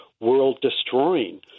world-destroying